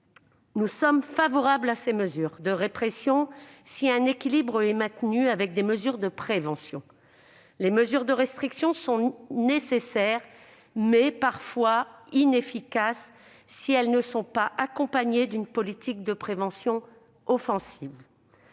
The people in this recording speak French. Nous sommes favorables à ces mesures de répression si un équilibre est maintenu avec des mesures de prévention. Les mesures restrictives sont nécessaires, mais peuvent se révéler inefficaces si elles ne sont pas accompagnées d'une politique de prévention offensive.